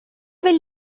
will